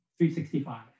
365